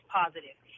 positive